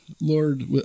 Lord